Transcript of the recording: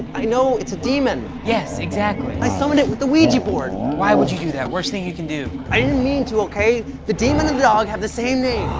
i know, it's a demon. yes, exactly. i summoned it with the ouija board. why would you do that? worse thing you can do. i didn't mean to, okay? the demon and the dog have the same name.